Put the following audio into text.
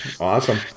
Awesome